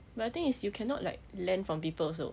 but the thing is you cannot like lend from people also